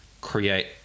create